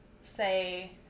say